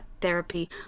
therapy